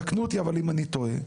תקנו אותי אבל אם אני טועה,